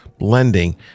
blending